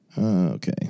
Okay